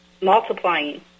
multiplying